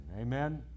Amen